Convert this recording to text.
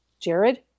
Jared